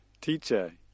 Teacher